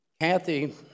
Kathy